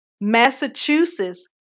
Massachusetts